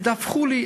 תדווחו לי,